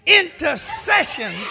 intercession